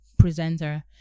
presenter